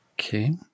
okay